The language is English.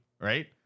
right